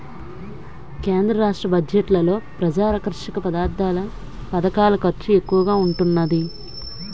కేంద్ర రాష్ట్ర బడ్జెట్లలో ప్రజాకర్షక పధకాల ఖర్చు ఎక్కువగా ఉంటున్నాది